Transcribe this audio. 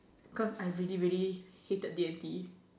cause I really really hated D and T